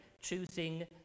choosing